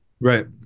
Right